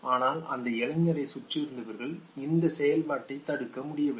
ஆனால் அந்த இளைஞரை சுற்றியிருந்தவர்கள் இந்த செயல்பாட்டை தடுக்க முடியவில்லை